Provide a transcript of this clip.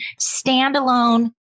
standalone